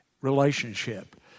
relationship